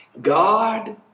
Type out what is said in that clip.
God